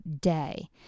day